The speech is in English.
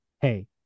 Hey